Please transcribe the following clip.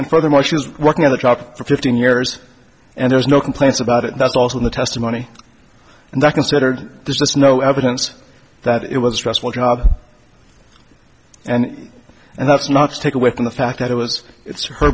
and furthermore she was working in the shop for fifteen years and there's no complaints about it that's also in the testimony and that considered there's no evidence that it was a stressful job and and that's not to take away from the fact that it was